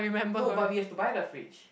no but we have to buy the fridge